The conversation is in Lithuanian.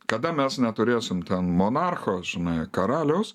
kada mes neturėsim monarcho žinai karaliaus